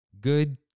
good